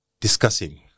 discussing